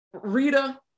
rita